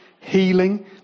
healing